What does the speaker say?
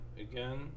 again